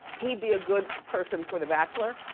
he'd be a good person for the bachelor,